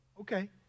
Okay